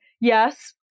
yes